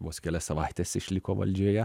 vos kelias savaites išliko valdžioje